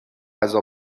غذا